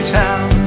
town